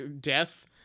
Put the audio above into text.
death